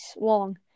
long